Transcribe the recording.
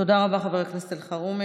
תודה רבה, חבר הכנסת אלחרומי.